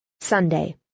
sunday